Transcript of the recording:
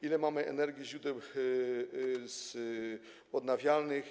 Ile mamy energii ze źródeł odnawialnych?